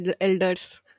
elders